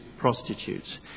prostitutes